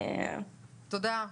תודה.